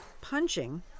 Punching